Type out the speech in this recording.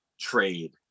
trade